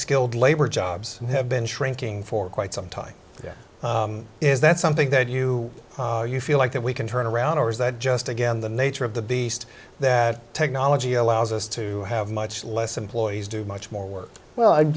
skilled labor jobs have been shrinking for quite some time there is that something that you feel like that we can turn around or is that just again the nature of the beast that technology allows us to have much less employees do much more work well